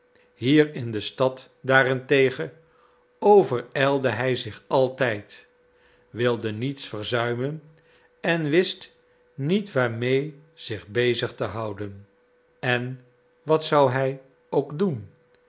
hier in de stad daarentegen overijlde hij zich altijd wilde niets verzuimen en wist niet waarmee zich bezig te houden en wat zou hij ook doen